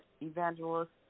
Evangelist